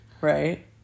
Right